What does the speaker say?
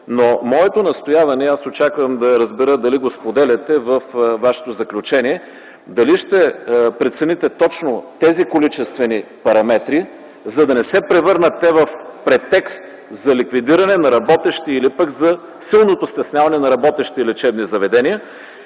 Моето настояване е: аз очаквам да разбера дали го споделяте във Вашето заключение, дали ще прецените точно тези количествени параметри, за да не се превърнат те в претекст за ликвидиране на работещи или пък за силното стесняване на работещи лечебни заведения?